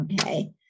okay